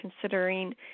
considering